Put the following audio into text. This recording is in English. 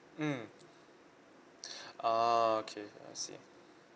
mmhmm ah okay I see